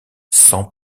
sans